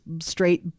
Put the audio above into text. straight